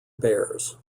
bears